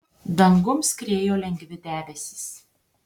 dangum skriejo lengvi debesys